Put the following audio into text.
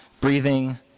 breathing